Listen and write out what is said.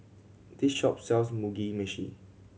this shop sells Mugi Meshi